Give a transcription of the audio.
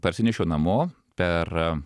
parsinešiau namo per